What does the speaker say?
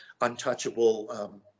untouchable